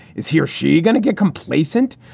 is he or she gonna get complacent?